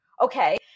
Okay